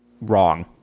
wrong